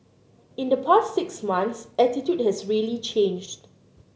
in the past six months attitude has really changed